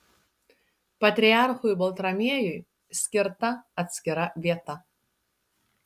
patriarchui baltramiejui skirta atskira vieta